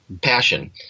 passion